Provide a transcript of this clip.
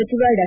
ಸಚಿವ ಡಾ